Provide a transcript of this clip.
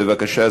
בבקשה,